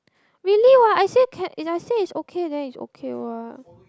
really [what] I say can if I say is okay then is okay [what]